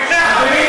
שהילדים